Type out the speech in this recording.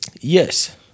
Yes